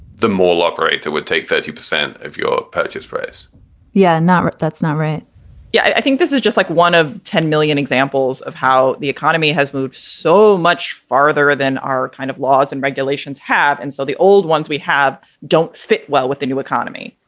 the mall operator would take thirty percent of your purchase price yeah, not that's not right yeah, i think this is just like one of ten million examples of how the economy has moved so much farther than our kind of laws and regulations have. and so the old ones we have don't fit well with the new economy.